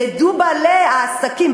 בעלי העסקים,